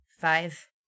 Five